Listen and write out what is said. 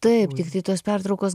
taip tiktai tos pertraukos